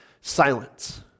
silence